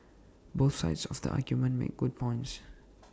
both sides of the argument make good points